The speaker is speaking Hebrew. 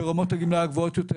ברמות הגמלה הגבוהות יותר,